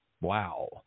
Wow